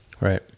right